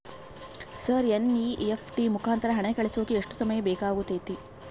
Sir NEFT ಮುಖಾಂತರ ಹಣ ಕಳಿಸೋಕೆ ಎಷ್ಟು ಸಮಯ ಬೇಕಾಗುತೈತಿ?